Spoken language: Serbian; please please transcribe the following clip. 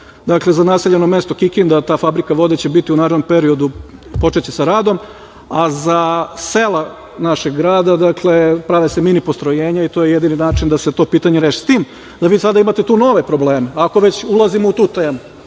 Dakle, za naseljeno mesto Kikinda ta fabrika vode će biti, u narednom periodu počeće se radom, a za sela našeg grada prave se mini postrojenja i to je jedini način da se to pitanje reši. S tim da vi sada imate tu nove probleme, ako već ulazimo u tu temu,